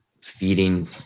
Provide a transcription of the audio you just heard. feeding